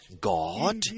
God